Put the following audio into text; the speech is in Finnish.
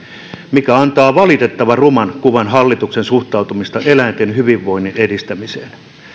mikä antaa valitettavan ruman kuvan hallituksen suhtautumisesta eläinten hyvinvoinnin edistämiseen